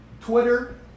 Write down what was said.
Twitter